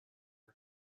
مرگ